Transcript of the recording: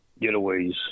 getaways